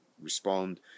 respond